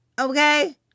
okay